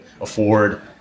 afford